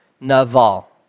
Naval